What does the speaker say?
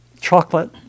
chocolate